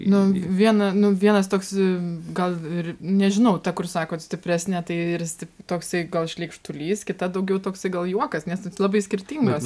nu vieną nu vienas toks gal ir nežinau kur sakot stipresnė tai ir sti toksai gal šleikštulys kita daugiau toks gal juokas nes tai labai skirtingos